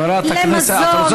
חברת הכנסת ברקו,